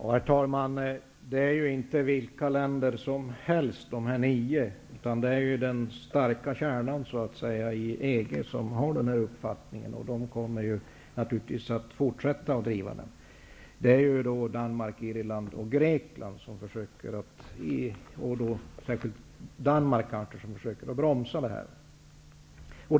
Herr talman! Dessa nio länder är inte vilka länder som helst. Det är den starka kärnan i EG som har den här uppfattningen. De kommer naturligtvis att fortsätta att driva den. Det är Danmark -- framför allt --, Irland och Grekland som försöker bromsa det här.